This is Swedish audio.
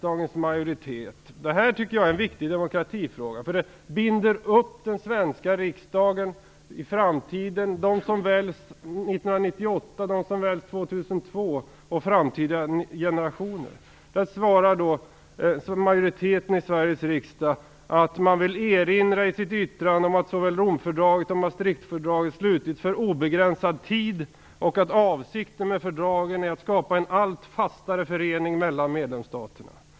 Jag tycker att det här är en viktig demokratisk fråga, därför att det binder upp den svenska riksdagen i framtiden; de som väljs 1998, de som väljs 2002 och framtida generationer. Där svarar då majoriteten i Sveriges riksdag att man vill "erinra om att såväl Romfördraget som Maastrichtfördraget slutits för obegränsad tid och att avsikten med fördragen är att skapa en allt fastare förening mellan medlemsstaterna.